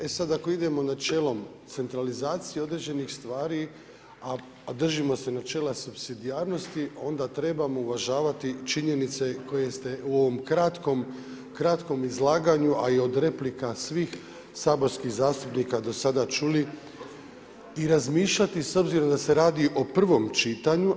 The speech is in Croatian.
E sad ako idemo načelo centralizacije određenih stvari, a držimo se načela supsidijarnosti, onda trebamo uvažavati činjenice koje ste u ovom kratkom izlaganju, a i od replika svih saborskih zastupnika do sada čuli i razmišljati s obzirom da se radi o prvom čitanju.